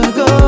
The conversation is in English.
go